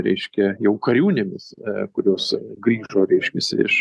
reiškia jau kariūnėmis kurios grįžo reiškiasi iš